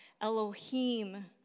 Elohim